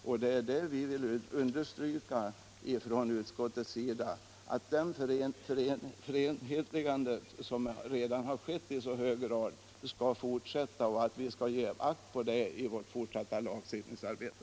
Från utskottets sida vill vi därför understryka att det förenhetligande som redan skett bör fortsätta, och att vi bör ge akt på detta i vårt fortsatta lagstiftningsarbete.